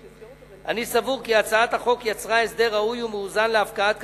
אני סבור כי הצעת החוק יצרה הסדר ראוי ומאוזן להפקעת קרקעות.